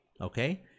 okay